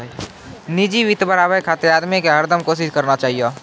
निजी वित्त बढ़ाबे खातिर आदमी के हरदम कोसिस करना चाहियो